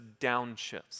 downshifts